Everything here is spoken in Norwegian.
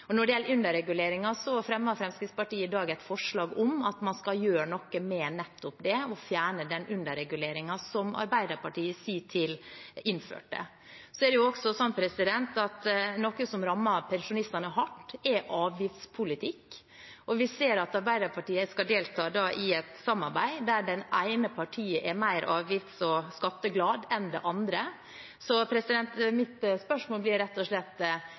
Når det gjelder underreguleringen, fremmer Fremskrittspartiet i dag et forslag om at man skal gjøre noe med nettopp det – fjerne den underreguleringen som Arbeiderpartiet i sin tid innførte. Noe som også rammer pensjonistene hardt, er avgiftspolitikken, og vi ser at Arbeiderpartiet skal delta i et samarbeid der det ene partiet er mer avgifts- og skatteglad enn det andre. Mitt spørsmål blir rett og slett: